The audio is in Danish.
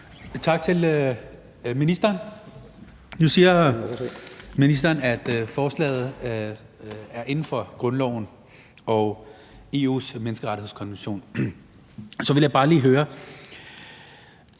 Tak til ministeren. Nu siger ministeren, at forslaget er inden for rammerne af grundloven og Den Europæiske Menneskerettighedskonvention. Så vil jeg bare lige høre,